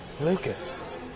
Lucas